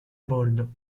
bordo